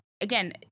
again